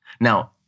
Now